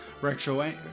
retro